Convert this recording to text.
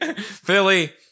Philly